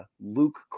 Luke